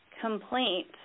complaint